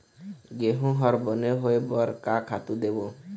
गेहूं हर बने होय बर का खातू देबो?